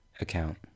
account